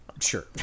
sure